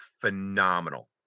phenomenal